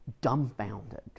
dumbfounded